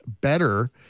better